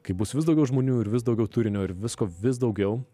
kai bus vis daugiau žmonių ir vis daugiau turinio ir visko vis daugiau